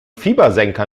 fiebersenker